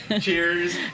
Cheers